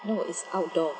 no it's outdoor